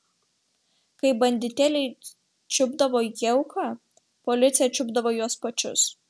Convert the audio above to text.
kai banditėliai čiupdavo jauką policija čiupdavo juos pačius